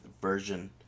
version